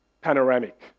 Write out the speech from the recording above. panoramic